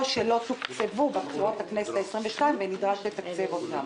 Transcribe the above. או שלא תוקצבו בבחירות לכנסת ה-22 ונדרש לתקצב אותם.